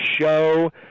show